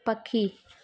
पख़ी